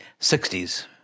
60s